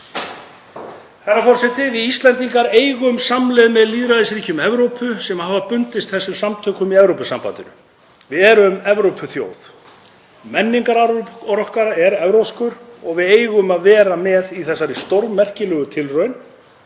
Herra forseti. Við Íslendingar eigum samleið með lýðræðisríkjum Evrópu sem hafa bundist þessum samtökum í Evrópusambandinu. Við erum Evrópuþjóð, menningararfur okkar er evrópskur og við eigum að vera með í þessari stórmerkilegu tilraun